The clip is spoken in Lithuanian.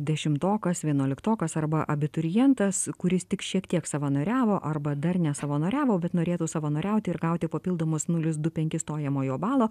dešimtokas vienuoliktokas arba abiturientas kuris tik šiek tiek savanoriavo arba dar nesavanoriavo bet norėtų savanoriauti ir gauti papildomus nulis du penkis stojamojo balo